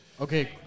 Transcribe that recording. Okay